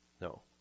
No